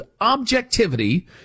objectivity